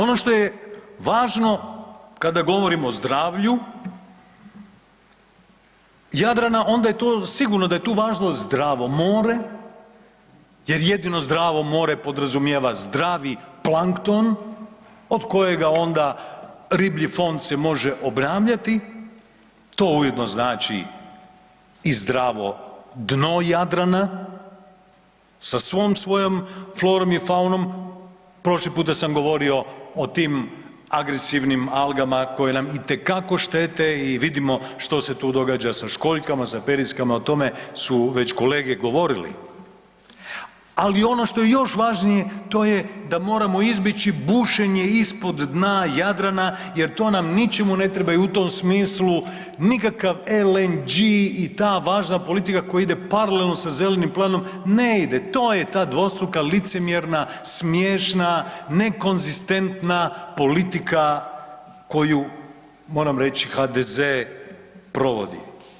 Ono što je važno kada govorimo o zdravlju Jadrana, onda je to sigurno da je tu važno zdravo more jer jedino zdravo more podrazumijeva zdravi plankton od kojega onda riblji fond se može obnavljati, to ujedno znači i zdravo dno Jadrana sa svom svojom florom i faunom, prošli puta sam govorio o tim agresivnim algama koje nam itekako štete i vidimo što se tu događa sa školjkama, sa periskama, o tome su već kolege govorili ali ono što je još važnije, to je da moramo izbjeći bušenje ispod dna Jadrana jer to nam ničemu ne treba i u tom smislu nikakav LNG i ta važna politika koja ide paralelno sa zelenom planom, ne ide to, to je ta dvostruka, licemjerna, smiješna, nekonzistentna politika koju moram reći, HDZ provodi.